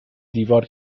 دیوار